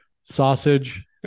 sausage